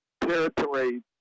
territory